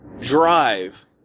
drive